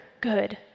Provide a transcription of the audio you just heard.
good